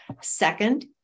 Second